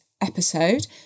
episode